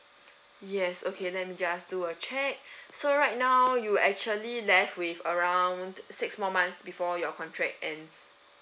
yes okay let me just do a check so right now you actually left with around six more months before your contract ends